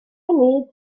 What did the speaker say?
need